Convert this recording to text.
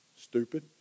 Stupid